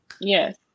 Yes